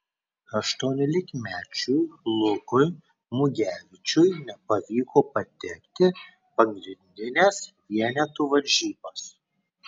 aštuoniolikmečiui lukui mugevičiui nepavyko patekti pagrindines vienetų varžybas